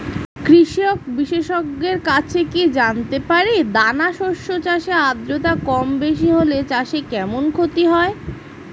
কৃষক বিশেষজ্ঞের কাছে কি জানতে পারি দানা শস্য চাষে আদ্রতা কমবেশি হলে চাষে কেমন ক্ষতি হয়?